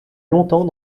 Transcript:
longtemps